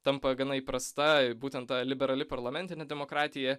tampa gana įprasta būtent ta liberali parlamentinė demokratija